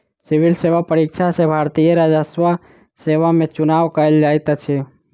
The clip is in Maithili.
सिविल सेवा परीक्षा सॅ भारतीय राजस्व सेवा में चुनाव कयल जाइत अछि